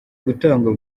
gutangwa